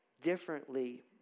differently